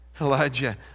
Elijah